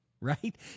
right